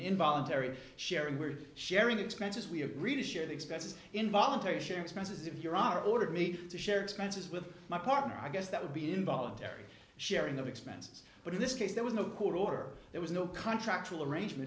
involuntary sharing were sharing expenses we agreed to share the expenses involuntary share expenses if your are ordered me to share expenses with my partner i guess that would be involuntary sharing of expenses but in this case there was no court order there was no contract will arrangement